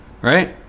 Right